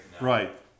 Right